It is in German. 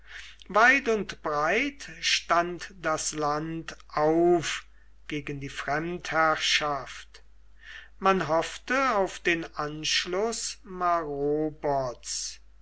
weit und breit stand das land auf gegen die fremdherrschaft man hoffte auf den anschluß